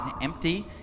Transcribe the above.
empty